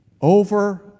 Over